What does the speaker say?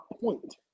point